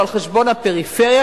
או על חשבון הפריפריה,